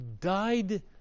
died